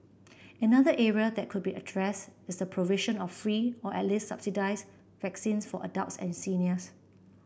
another area that could be addressed is the provision of free or at least subsidised vaccines for adults and seniors